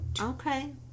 Okay